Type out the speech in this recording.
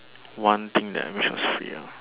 one thing that I wish was free ah